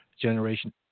generation